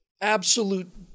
absolute